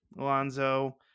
Alonzo